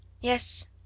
Yes